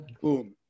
boom